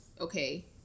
okay